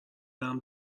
برم